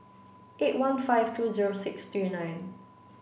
eight one five two zero six three nine